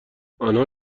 آنها